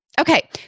Okay